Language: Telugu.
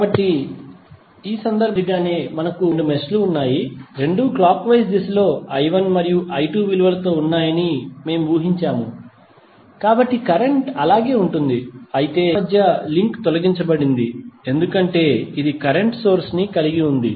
కాబట్టి ఈ సందర్భంలో మాదిరిగానే మనకు రెండు మెష్ లు ఉన్నాయి రెండూ క్లాక్ వైస్ దిశ లో i1 మరియు i2 విలువలతో ఉన్నాయని మేము ఊహించాము కాబట్టి కరెంట్ అలాగే ఉంటుంది అయితే ఈ రెండు మెష్ ల మధ్య లింక్ తొలగించబడింది ఎందుకంటే ఇది కరెంట్ సోర్స్ ని కలిగి ఉంది